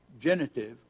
genitive